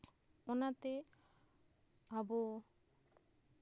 ᱚᱱᱟᱛᱮ ᱟᱵᱚ